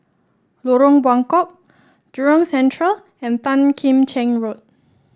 Lorong Buangkok Jurong Central and Tan Kim Cheng Road